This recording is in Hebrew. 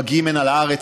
מגיעים הנה לארץ,